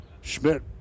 Schmidt